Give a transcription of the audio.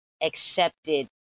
accepted